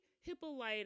Hippolyta